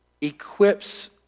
equips